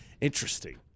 Interesting